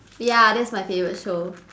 ya that's my favorite show